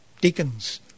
deacons